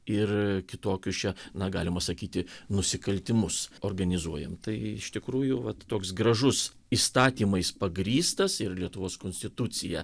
ir kitokius čia na galima sakyti nusikaltimus organizuojam tai iš tikrųjų vat toks gražus įstatymais pagrįstas ir lietuvos konstitucija